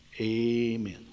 amen